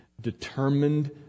determined